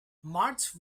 march